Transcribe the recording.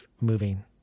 moving